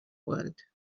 world